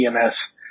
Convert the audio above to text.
EMS